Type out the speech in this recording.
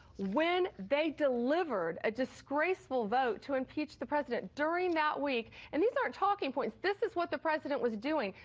when they've delivered a disgraceful vote to impeach the president during that week and these aren't talking points. this is what the president was doing.